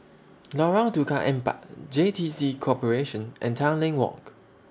Lorong Tukang Empat J T C Corporation and Tanglin Walk